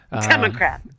Democrat